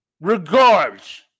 regards